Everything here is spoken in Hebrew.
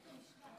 בית המשפט!